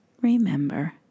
remember